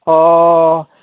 अह